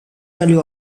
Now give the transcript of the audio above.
value